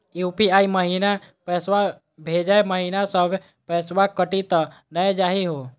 UPI महिना पैसवा भेजै महिना सब पैसवा कटी त नै जाही हो?